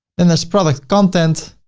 then this product content,